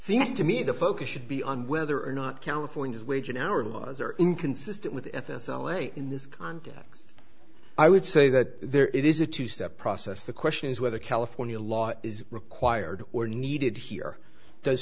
seems to me the focus should be on whether or not california's wage in our laws are inconsistent with f s r way in this context i would say that there is a two step process the question is whether california law is required or needed here those